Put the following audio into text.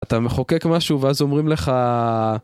אתה מחוקק משהו ואז אומרים לך...